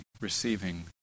receiving